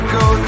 go